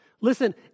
Listen